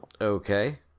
Okay